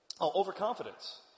overconfidence